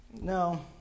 no